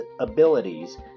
abilities